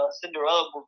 Cinderella